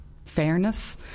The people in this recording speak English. fairness